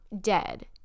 dead